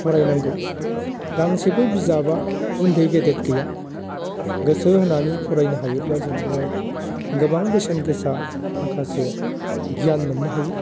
फरायनांगौ गांसेबो बिजाबा उन्दै गिदिर गैया गोसो होनानै फरायनो हायोब्ला जों बेवहाय गोबां बेसेन गोसा माखासे गियान मोननो हायो